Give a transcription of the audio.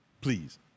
please